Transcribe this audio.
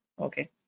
okay